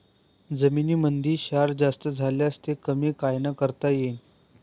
जमीनीमंदी क्षार जास्त झाल्यास ते कमी कायनं करता येईन?